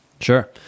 Sure